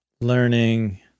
learning